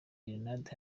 gerenade